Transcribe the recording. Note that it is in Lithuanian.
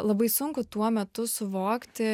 labai sunku tuo metu suvokti